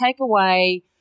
takeaway